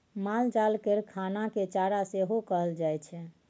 मालजाल केर खाना केँ चारा सेहो कहल जाइ छै